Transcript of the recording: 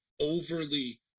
overly